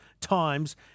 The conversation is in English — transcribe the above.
times